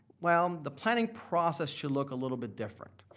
well, the planning process should look a little bit different,